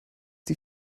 die